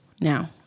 now